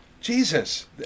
Jesus